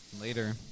Later